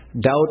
Doubt